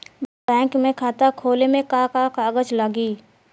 Bank में खाता खोले मे का का कागज लागी?